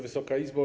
Wysoka Izbo!